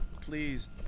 please